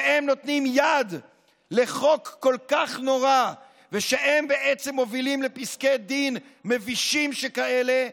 נותנים יד לחוק כל כך נורא ובעצם מובילים לפסקי דין מבישים שכאלה,